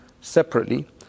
separately